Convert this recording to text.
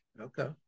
Okay